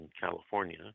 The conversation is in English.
California